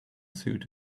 suit